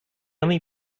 only